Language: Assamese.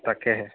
তাকেহে